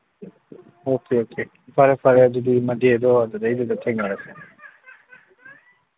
okay okay ꯐꯔꯦ ꯐꯔꯦ ꯑꯗꯨꯗꯤ ꯃꯟꯗꯦꯗꯣ ꯑꯗꯨꯗꯩꯗꯨꯗ ꯊꯦꯡꯅꯔꯁꯦ